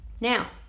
now